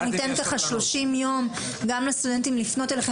אנחנו ניתן אפשרות גם לסטודנטים לפנות אליכם,